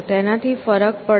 તેનાથી ફરક પડતો નથી